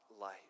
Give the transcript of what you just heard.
life